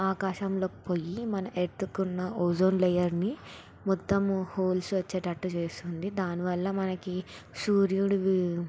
ఆకాశంలోకి పోయి మన ఎర్త్కున్న ఓజోన్ లేయర్ని మొత్తము హోల్స్ వచ్చేటట్టు చేస్తుంది దానివల్ల మనకి సూర్యుడివి